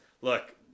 look